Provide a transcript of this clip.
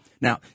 Now